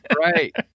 right